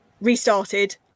restarted